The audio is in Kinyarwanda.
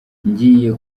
ngiye